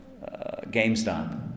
GameStop